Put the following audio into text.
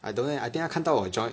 I don't know leh I think 他看到我 join